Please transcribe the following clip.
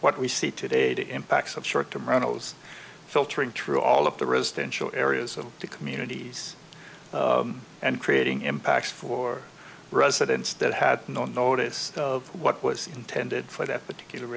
what we see today the impacts of short term runnels filtering through all of the residential areas of the communities and creating impacts for residents that had no notice of what was intended for that particular